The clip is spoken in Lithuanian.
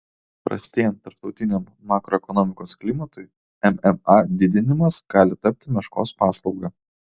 prastėjant tarptautiniam makroekonomikos klimatui mma didinimas gali tapti meškos paslauga